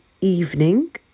evening